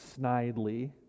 snidely